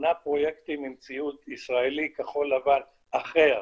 שמונה פרויקטים עם ציוד ישראלי כחול-לבן אחר